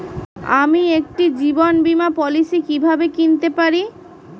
আমি একটি জীবন বীমা পলিসি কিভাবে কিনতে পারি?